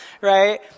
right